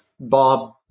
Bob